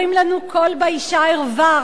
אומרים לנו "קול באשה ערווה",